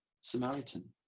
samaritan